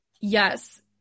Yes